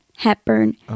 Hepburn